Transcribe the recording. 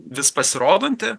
vis pasirodanti